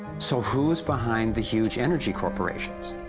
so who's behind the huge energy corporations?